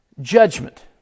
judgment